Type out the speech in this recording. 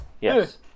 Yes